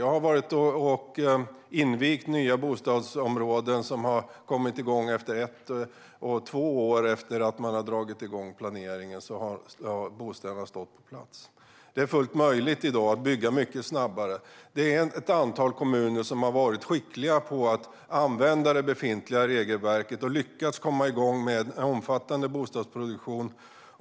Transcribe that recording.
Jag har invigt nya bostadsområden där bostäderna har stått på plats ett eller två år efter att planeringen dragits igång. Det är fullt möjligt att bygga mycket snabbare i dag. Ett antal kommuner har varit skickliga när det gäller att använda det befintliga regelverket och har lyckats komma igång med omfattande bostadsproduktion.